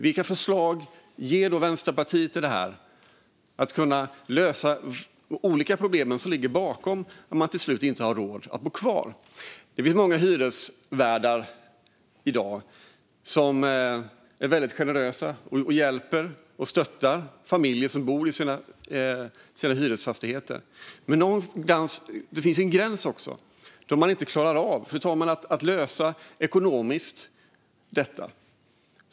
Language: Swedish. Vilka förslag ger då Vänsterpartiet i fråga om detta och att lösa de olika problem som ligger bakom att människor till slut inte har råd att bo kvar? Det finns många hyresvärdar i dag som är väldigt generösa och hjälper och stöttar familjer som bor i deras hyresfastigheter. Men det finns också en gräns då man inte klarar av att ekonomiskt lösa detta.